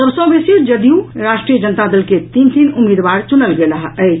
सभ सँ बेसी जदयू राष्ट्रीय जनता दल के तीन तीन उम्मीदवार चुनल गेलाह अछि